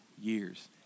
years